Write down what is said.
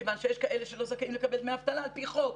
מכיוון שיש כאלה שלא זכאים לקבל דמי אבטלה על פי חוק.